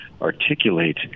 articulate